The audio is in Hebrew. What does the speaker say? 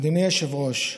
אדוני היושב-ראש,